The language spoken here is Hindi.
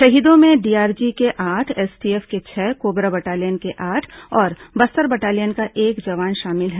शहीदों में डीआरजी के आठ एसटीएफ के छह कोबरा बटालियन के आठ और बस्तर बटालियन का एक जवान शामिल हैं